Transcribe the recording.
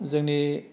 जोंनि